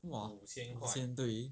!wah! 五千对